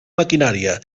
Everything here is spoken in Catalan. maquinària